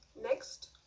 Next